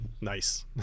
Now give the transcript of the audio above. Nice